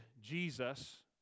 Jesus